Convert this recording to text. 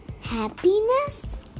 happiness